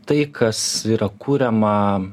tai kas yra kuriama